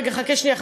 חכה שנייה,